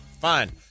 fine